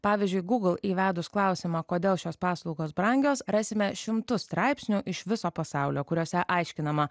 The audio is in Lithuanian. pavyzdžiui google įvedus klausimą kodėl šios paslaugos brangios rasime šimtus straipsnių iš viso pasaulio kuriuose aiškinama